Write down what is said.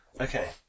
Okay